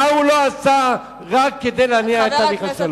מה הוא לא עשה רק כדי להניע את תהליך השלום?